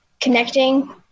connecting